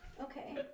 Okay